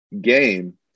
game